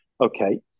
okay